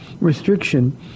restriction